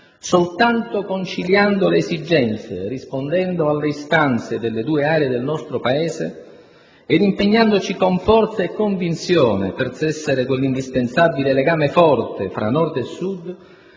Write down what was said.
Soltanto conciliando le esigenze e rispondendo alle istanze delle due aree del nostro Paese, ed impegnandoci con forza e convinzione per tessere quell'indispensabile legame forte tra Nord e Sud,